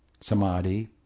samadhi